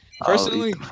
personally